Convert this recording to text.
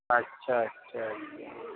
अच्छा अच्छा अच्छा